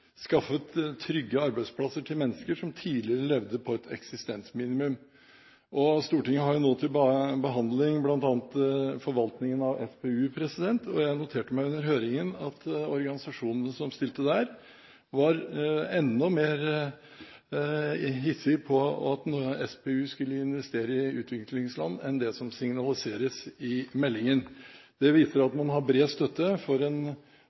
skaffet trygge arbeidsplasser til mennesker som tidligere levde på et eksistensminimum. Stortinget har nå til behandling bl.a. forvaltningen av SPU, Statens pensjonsfond utland, og jeg noterte meg under høringen at organisasjonene som stilte der, var enda mer hissige på at SPU skulle investere i utviklingsland, enn det som signaliseres i meldingen. Det viser at man har bred støtte for